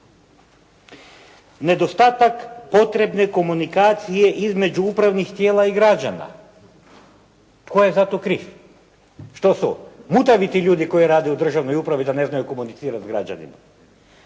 Nedostatak potrebne komunikacije između upravnih tijela i građana. Tko je za to kriv? Što su mutavi ti ljudi koji rade u državnoj upravi da ne znaju komunicirati s građanima?